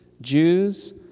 Jews